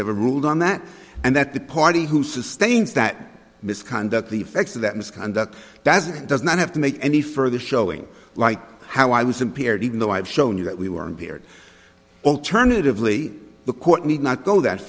ever ruled on that and that the party who sustains that misconduct the effects of that misconduct does not have to make any further showing like how i was impaired even though i've shown you that we were here alternatively the court need not go that